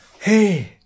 Hey